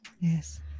yes